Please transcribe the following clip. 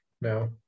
No